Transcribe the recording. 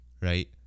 right